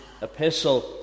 epistle